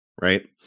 right